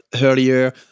earlier